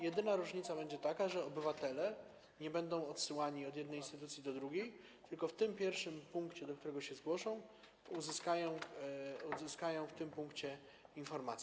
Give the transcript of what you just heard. Jedyna różnica będzie taka, że obywatele nie będą odsyłani od jednej instytucji do drugiej, tylko w tym pierwszym punkcie, do którego się zgłoszą, uzyskają informację.